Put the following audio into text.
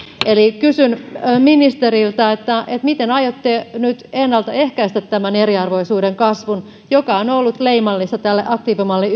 eli kysyn ministeriltä miten aiotte nyt ennaltaehkäistä tämän eriarvoisuuden kasvun joka on ollut leimallista tälle aktiivimalli